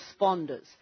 responders